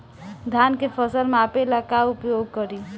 धान के फ़सल मापे ला का उपयोग करी?